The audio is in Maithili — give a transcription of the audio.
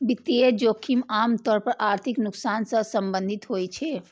वित्तीय जोखिम आम तौर पर आर्थिक नुकसान सं संबंधित होइ छै